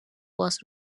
was